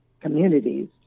communities